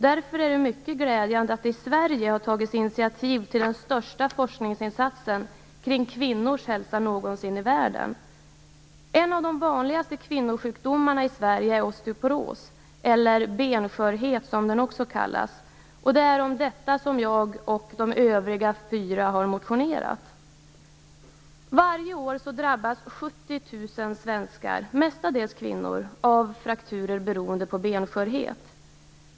Därför är det mycket glädjande att det i Sverige har tagits initiativ till den största forskningsinsatsen någonsin i världen kring kvinnors hälsa. En av de vanligaste kvinnosjukdomarna i Sverige är osteoporos - eller benskörhet, som den också kallas. Det är om denna som jag och de övriga fyra har motionerat. Varje år drabbas 70 000 svenskar, mestadels kvinnor, av frakturer beroende på benskörhet.